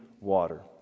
water